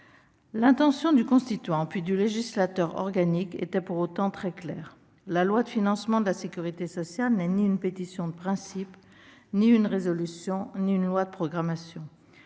L'intention du constituant, puis du législateur organique, était pour autant très claire : la loi de financement de la sécurité sociale n'est ni une pétition de principe, ni une résolution, ni une loi de programmation.